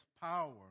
power